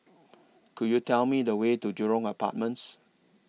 Could YOU Tell Me The Way to Jurong Apartments